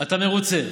אתה מרוצה,